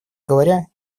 говоря